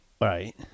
Right